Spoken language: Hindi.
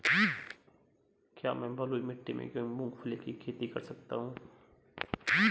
क्या मैं बलुई मिट्टी में मूंगफली की खेती कर सकता हूँ?